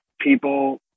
people